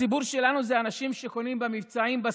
הציבור שלנו אלו אנשים שקונים במבצעים בסופר,